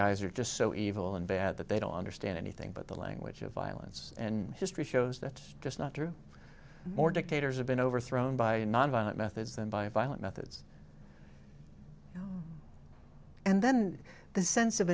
guys are just so evil and bad that they don't understand anything but the language of violence and history shows that's just not true or dictators have been overthrown by a nonviolent methods than by violent methods and then the sense of